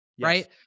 right